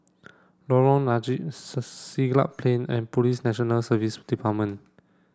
Lorong Napiri Siglap Plain and Police National Service Department